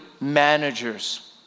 managers